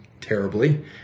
terribly